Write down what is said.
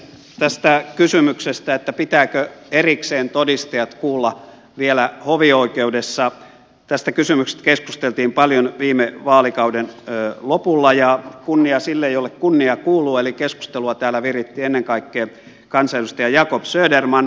tästä kysymyksestä pitääkö erikseen todistajat kuulla vielä hovioikeudessa keskusteltiin paljon viime vaalikauden lopulla ja kunnia sille jolle kunnia kuuluu eli keskustelua täällä viritti ennen kaikkea kansanedustaja jacob söderman